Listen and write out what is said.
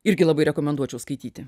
irgi labai rekomenduočiau skaityti